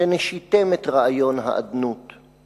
שנשיתם את רעיון האדנות,/